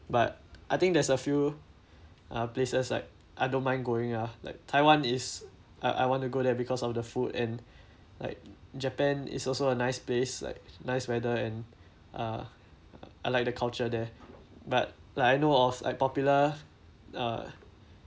but I think there's a few uh places like I don't mind going ah like taiwan is I I want to go there because of the food and like japan is also a nice place like nice weather and uh I like the culture there but like I know of like popular uh